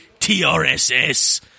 TRSS